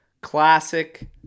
classic